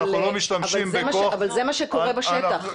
אנחנו לא משתמשים בכוח --- אבל זה מה שקורה בשטח.